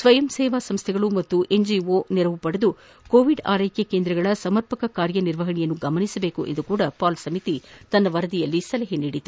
ಸ್ವಯಂ ಸೇವಾ ಸಂಸ್ಥೆಗಳು ಮತ್ತು ಎನ್ಜಿಒಗಳ ನೆರವು ಪಡೆದು ಕೋವಿಡ್ ಆರೈಕೆ ಕೇಂದ್ರಗಳ ಸಮರ್ಪಕ ಕಾರ್ಯ ನಿರ್ವಹಣೆಯನ್ನು ಗಮನಿಸಬೇಕು ಎಂದು ಕೂಡ ಪಾಲ್ ಸಮಿತಿ ತನ್ನ ವರದಿಯಲ್ಲಿ ಸಲಹೆ ನೀಡಿದೆ